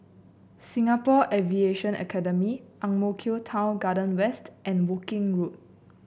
Singapore Aviation Academy Ang Mo Kio Town Garden West and Woking Road